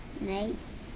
Nice